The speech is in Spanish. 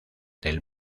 del